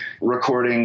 recording